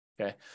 Okay